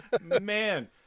man